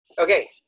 Okay